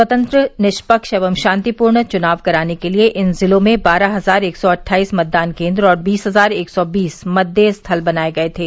स्वतंत्र निष्पक्ष एवं शांतिपूर्ण चुनाव कराने के लिये इन जिलों में बारह हजार एक सौ अट्ठाईस मतदान केन्द्र और बीस हजार एक सौ बीस मतदेय स्थल बनाये गये थे